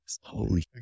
Holy